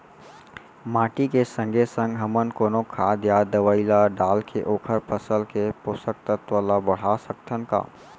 माटी के संगे संग हमन कोनो खाद या दवई ल डालके ओखर फसल के पोषकतत्त्व ल बढ़ा सकथन का?